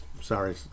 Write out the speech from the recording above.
sorry